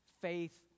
faith